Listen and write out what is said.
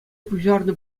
пуҫарнӑ